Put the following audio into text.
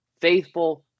Faithful